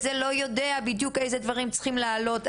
זה לא יודע בדיוק איזה דברים צריכים וחשובים להעלות.